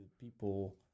people